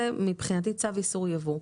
זה מבחינתי צו איסור יבוא,